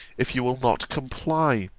if you will not comply.